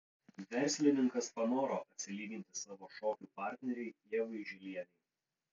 verslininkas panoro atsilyginti savo šokių partnerei ievai žilienei